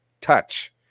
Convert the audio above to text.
touch